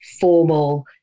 formal